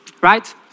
right